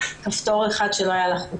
טוב,